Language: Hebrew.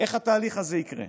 איך התהליך הזה יקרה.